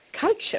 culture